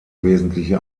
wesentliche